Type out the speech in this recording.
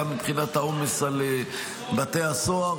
גם מבחינת העומס על בתי הסוהר.